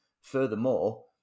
furthermore